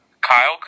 Kyle